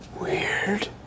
Weird